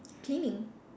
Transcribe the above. cleaning